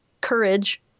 courage